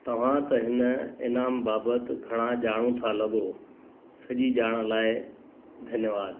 तव्हां त हिन इनामु बाबति घणा ॼाणु था लॻो सॼी ॼाण लाइ धन्यवादु